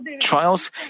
trials